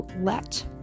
let